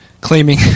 claiming